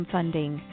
Funding